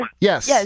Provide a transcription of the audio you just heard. yes